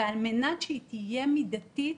על מנת שהיא תהיה מידתית